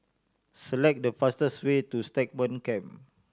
select the fastest way to Stagmont Camp